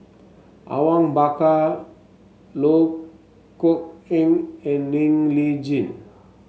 Awang Bakar Loh Kok Heng and Ng Li Chin